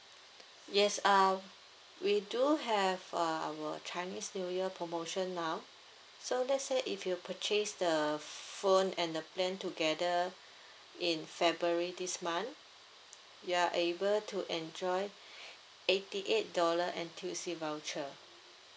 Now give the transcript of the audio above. yes uh we do have uh our chinese new year promotion now so let's say if you purchase the phone and the plan together in february this month you are able to enjoy eighty eight dollar N_T_U_C voucher